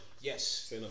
yes